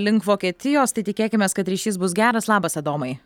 link vokietijos tai tikėkimės kad ryšys bus geras labas adomai